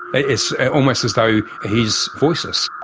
it's almost as though he's voiceless.